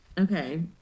Okay